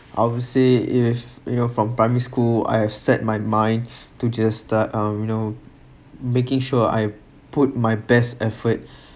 so I would say if you know from primary school I have set my mind to just start uh you know making sure I put my best effort